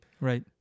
Right